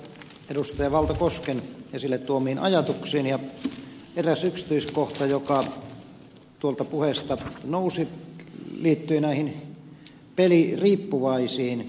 valto kosken esille tuomiin ajatuksiin ja eräs yksityiskohta joka tuolta puheesta nousi liittyy näihin peliriippuvaisiin henkilöihin